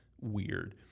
weird